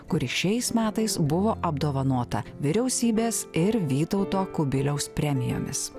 kuri šiais metais buvo apdovanota vyriausybės ir vytauto kubiliaus premijomis